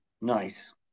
nice